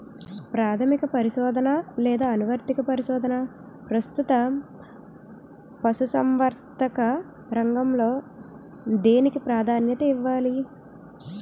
ప్రాథమిక పరిశోధన లేదా అనువర్తిత పరిశోధన? ప్రస్తుతం పశుసంవర్ధక రంగంలో దేనికి ప్రాధాన్యత ఇవ్వాలి?